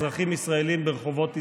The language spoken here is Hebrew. אזרחים ישראלים ברחובות ישראל.